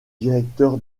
directeur